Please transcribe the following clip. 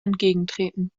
entgegentreten